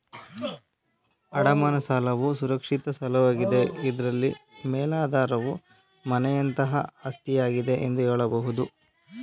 ಅಡಮಾನ ಸಾಲವು ಸುರಕ್ಷಿತ ಸಾಲವಾಗಿದೆ ಇದ್ರಲ್ಲಿ ಮೇಲಾಧಾರವು ಮನೆಯಂತಹ ಆಸ್ತಿಯಾಗಿದೆ ಎಂದು ಹೇಳಬಹುದು